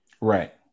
right